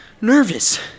Nervous